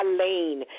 lane